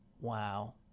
wow